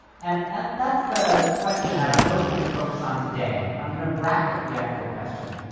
and that's the question that i'm mostly going to focus on today. i'm going to bracket the ethical question,